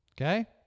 okay